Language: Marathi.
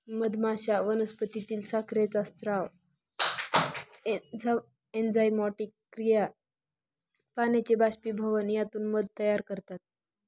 मधमाश्या वनस्पतीतील साखरेचा स्राव, एन्झाइमॅटिक क्रिया, पाण्याचे बाष्पीभवन यातून मध तयार करतात